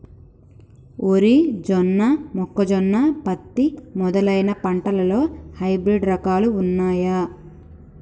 వరి జొన్న మొక్కజొన్న పత్తి మొదలైన పంటలలో హైబ్రిడ్ రకాలు ఉన్నయా?